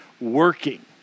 working